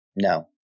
No